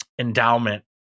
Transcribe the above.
endowment